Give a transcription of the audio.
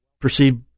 perceived